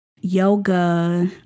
yoga